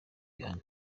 bihano